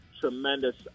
tremendous